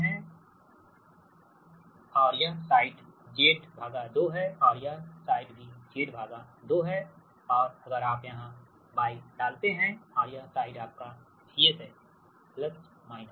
मान लीजिए कि आपके पास एक ट्रांसमिशन लाइन है और ये साइड Z2 है और यह साइड भी Z2है और अगर आप यहां Y डालते हैं और यह साइड आपका VS हैप्लस माइनस